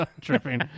tripping